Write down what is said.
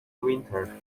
winter